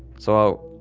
so,